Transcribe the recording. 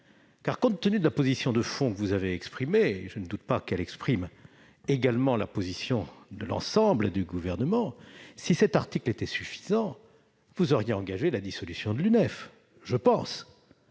compte tenu de la position de fond que vous avez exprimée- je ne doute pas qu'elle exprime également celle de l'ensemble du Gouvernement -, si cet article était suffisant, j'imagine que vous auriez engagé la dissolution de l'UNEF. Cet